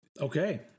okay